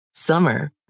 Summer